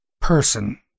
person